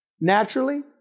naturally